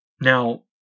Now